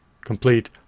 complete